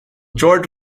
george